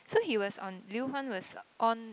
so he was on Liu-Huan was on